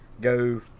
go